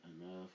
enough